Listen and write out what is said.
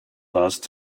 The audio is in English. last